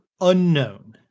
unknown